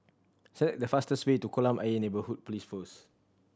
select the fastest way to Kolam Ayer Neighbourhood Police Post